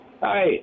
Hi